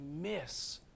miss